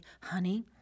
Honey